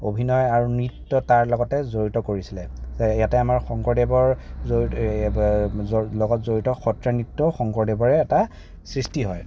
অভিনয় আৰু নৃত্য তাৰ লগতে জড়িত কৰিছিলে ইয়াতে আমাৰ শংকৰদেৱৰ লগত জড়িত সত্ৰীয়া নৃত্যও শংকৰদেৱৰে এটা সৃষ্টি হয়